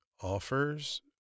offers